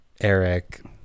Eric